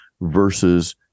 versus